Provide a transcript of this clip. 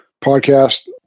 podcast